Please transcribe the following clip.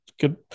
Good